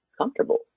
comfortable